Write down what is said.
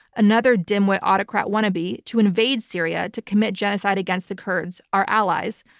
another dimwit autocrat wannabe, to invade syria to commit genocide against the kurds, our allies.